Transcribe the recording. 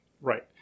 Right